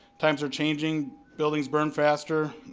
times are changing, buildings burn faster.